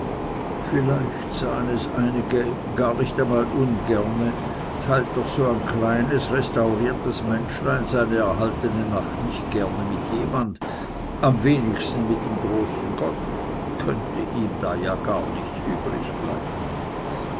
vielleicht sahen einige es gar nicht einmal ungerne teilt doch so ein kleines restauriertes menschlein seine erhaltene macht nicht gerne mit jemand am wenigsten mit dem großen gott könnte ihm da ja gar nichts übrig